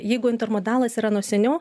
jeigu intermodalas yra nuo seniau